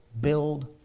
build